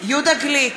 יהודה גליק,